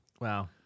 Wow